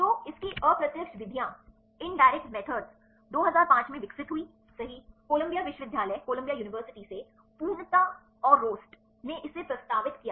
तो इसकी अप्रत्यक्ष विधियां 2005 में विकसित हुईं सही कोलंबिया विश्वविद्यालय से पुणता और रोस्ट ने इसे प्रस्तावित किया